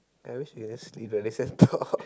I wish we can just sleep and